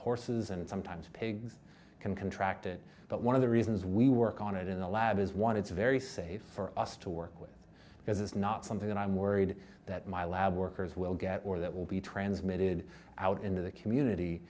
horses and sometimes pigs can contract it but one of the reasons we work on it in the lab is one it's very safe for us to work with because it's not something that i'm worried that my lab workers will get or that will be transmitted out into the community